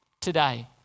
today